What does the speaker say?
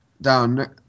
down